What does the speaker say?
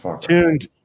tuned